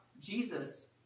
Jesus